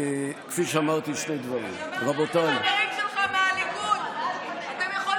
משהו שאני הייתי שמח אם תחילי גם על עצמך: מוטב מאוחר מאשר אף פעם.